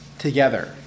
Together